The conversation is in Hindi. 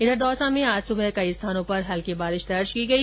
उधर दौसा में आज सुबह कई स्थानों पर हल्की बारिश दर्ज की गई